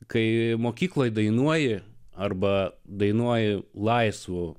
kai mokykloje dainuoji arba dainuoji laisvu